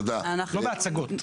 לא בהצגות.